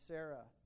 Sarah